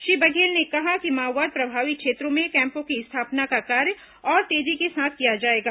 श्री बघेल ने कहा कि माओवाद प्रभावित क्षेत्रों में कैम्पों की स्थापना का कार्य और तेजी से किया जाएगा